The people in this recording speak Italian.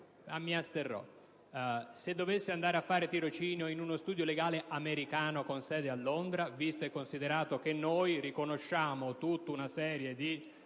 dovesse andare a fare il tirocinio in uno studio legale americano con sede a Londra, visto e considerato che noi riconosciamo tutta una serie di